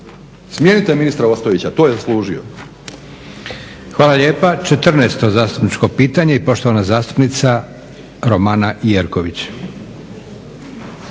smijenite ministra Ostojića, to je zaslužio.